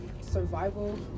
survival